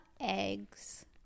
eggs